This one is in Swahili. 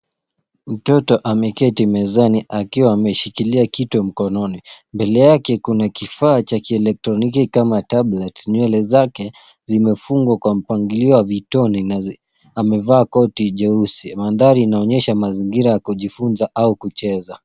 Mtoto ameketi mezani, akiwa ameshikilia kitu mkononi. Mbele yake kuna kifaa cha kielektroniki. Nywele zake zimefungwa kwa mpangilio wa vitone. Mandhari yanaonyesha mazingira ya kujifunza au kucheza.